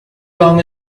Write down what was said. long